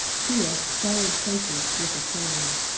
here stolid faces look ashamed.